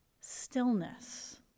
stillness